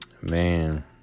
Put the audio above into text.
Man